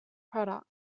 product